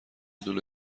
دونه